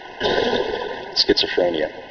schizophrenia